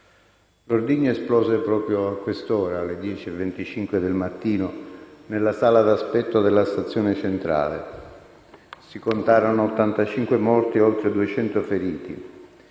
L'ordigno esplose proprio a quest'ora, alle 10,25 del mattino, nella sala d'aspetto della stazione centrale. Si contarono 85 morti e oltre 200 feriti.